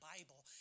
Bible